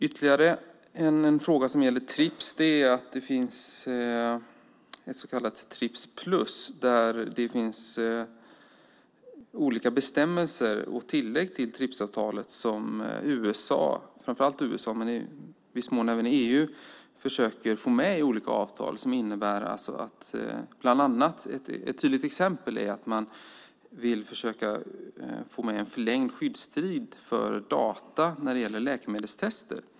Ytterligare en fråga som gäller TRIPS är att det finns ett så kallat TRIPS plus, med olika bestämmelser och tillägg till TRIPS-avtalet som framför allt USA men i viss mån även EU försöker få med i olika avtal. Ett tydligt exempel är att man vill försöka få en förlängd skyddstid för data när det gäller läkemedelstester.